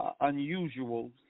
unusual